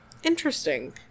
interesting